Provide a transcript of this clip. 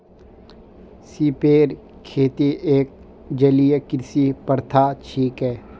सिपेर खेती एक जलीय कृषि प्रथा छिके